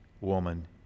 woman